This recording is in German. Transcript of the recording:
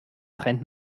trennt